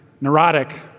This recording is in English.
neurotic